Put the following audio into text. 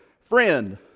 Friend